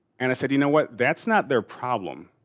and i said, you know what? that's not their problem.